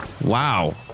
Wow